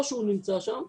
או שהוא נמצא שם,